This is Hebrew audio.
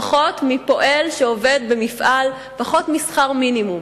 פחות מפועל שעובד במפעל, פחות משכר מינימום.